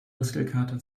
muskelkater